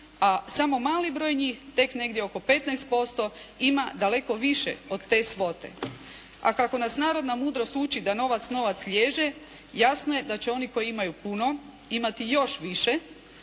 a samo mali broj njih tek negdje oko 15% ima daleko više od te svote. A kako nas narodna mudrost uči da novac novac liježe jasno je da će oni koji imaju puno imati još više